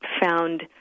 found